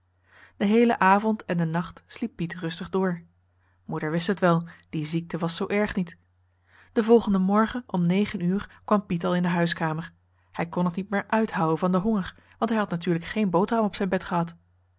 den heelen avond en den nacht sliep piet rustig door moeder wist het wel die ziekte was zoo erg niet den volgenden morgen om negen uur kwam piet al in de huiskamer hij kon het niet meer uithouden van den honger want hij had natuurlijk geen boterham op zijn bed gehad